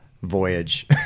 voyage